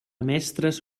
mestres